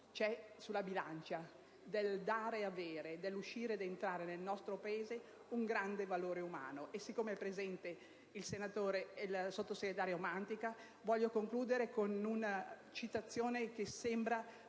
C'è sulla bilancia del dare e avere, dell'uscire e dell'entrare nel nostro Paese, un grande valore umano. Siccome è presente il sottosegretario Mantica, voglio concludere con una citazione che sembra